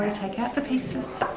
take out the pieces.